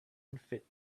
unfit